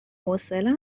حوصله